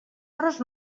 hores